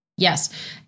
Yes